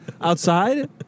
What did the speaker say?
outside